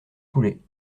couler